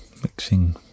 Mixing